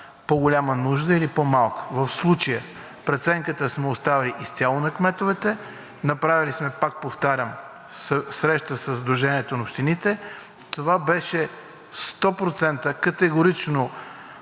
по-голяма нужда или по-малка. В случая преценката сме оставили изцяло на кметовете, направили сме, пак повтарям, среща със Сдружението на общините. Това беше 100% категорично